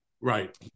Right